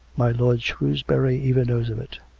my lord shrewsbury even knows of it.